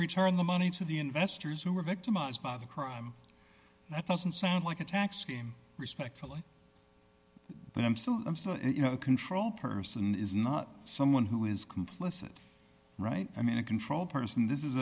return the money to the investors who were victimized by the crime that doesn't sound like a tax scheme respectfully but i'm still i'm still you know the control person is not someone who is complicit right i mean a control person this is